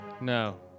No